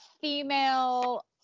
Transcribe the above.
female